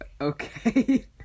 Okay